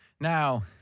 Now